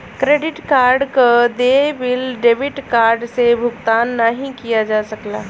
credit card क देय bill debit card से भुगतान नाहीं किया जा सकला